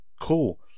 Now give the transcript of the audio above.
Cool